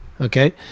Okay